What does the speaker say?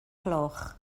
gloch